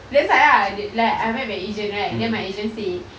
that's why ah like I went my agent right then my agent say